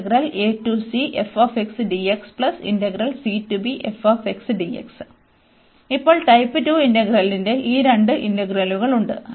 ഇപ്പോൾ ടൈപ്പ് 2 ഇന്റഗ്രലിന്റെ ഈ രണ്ട് ഇന്റഗ്രലുകൾ ഉണ്ട്